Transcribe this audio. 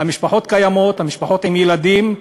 על משפחות קיימות, על משפחות עם ילדים,